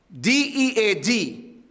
D-E-A-D